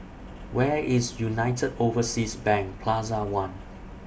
Where IS United Overseas Bank Plaza one